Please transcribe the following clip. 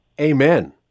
Amen